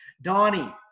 Donnie